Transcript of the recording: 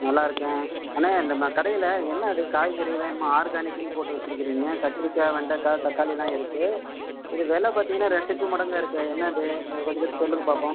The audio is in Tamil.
நல்லாயிருக்கேன் அண்ணே நம்ம கடையில் என்ன அது காய்கறியெல்லாம் என்னமோ ஆர்கானிக்குனு போட்டு வச்சுருக்குறீங்க கத்திரிக்காய் வெண்டக்காய் தக்காளியெல்லாம் இருக்குது இது வெலை பார்த்திங்கனா ரெட்டிப்பு மடங்காக இருக்கே என்ன இது எனக்கு கொஞ்சம் அதை பற்றி சொல்லுங்கள் பார்ப்போம்